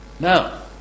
Now